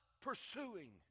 pursuing